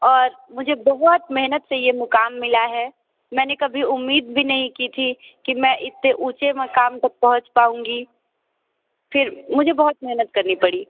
और मुझे बहुत मेहनत से ये मुक़ाम मिला है मैंने कभी उम्मीद भी नहीं की थी कि मैं इतने ऊंचे मुक़ाम तक पहुंच पाऊंगी फिर मुझे बहुत मेहनत करनी पड़ी